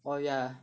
oh yeah